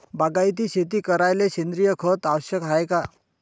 बागायती शेती करायले सेंद्रिय खत आवश्यक हाये का?